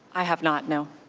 i have not, no.